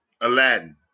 Aladdin